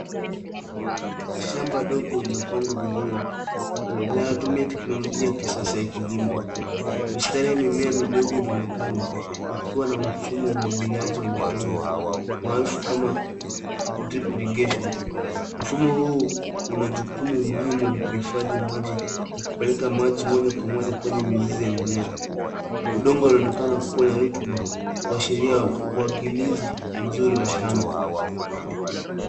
Shamba ndogo lililopangwa vizuri, linalotumia teknolojia ya kisasa ya kilimo, mistari ya mimea midogo unaonekana likiwa na mfumo wa umwagiliaji wa matone, maarufu kama drip irrigation mfumo huu unajukumu muhumu la kuhifadi maji na kupelaka maji moja kwa moja kwenye miziz ya mimea . Udongo unaonekana kuwa na rotufa kuashiria uwakilishi mzuri wa shamba.